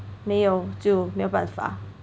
没有就没有办法